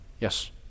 Yes